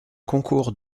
concours